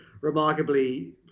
remarkably